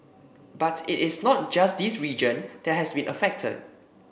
but it is not just this region that has been affected